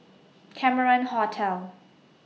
Cameron Hotel